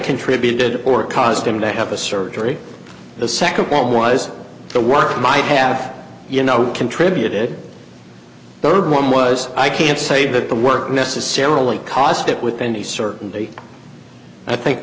contributed or caused him to have a surgery the second one was the work might have you know contributed third one was i can't say that the work necessarily caused it with any certainty i think